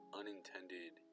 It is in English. unintended